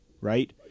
Right